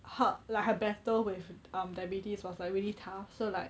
her like her battle with um diabetes was like really tough so like